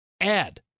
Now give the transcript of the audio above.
add